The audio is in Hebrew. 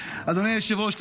אדוני היושב-ראש,